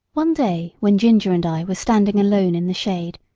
one day when ginger and i were standing alone in the shade,